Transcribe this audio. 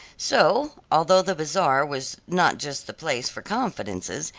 so although the bazaar was not just the place for confidences,